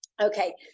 Okay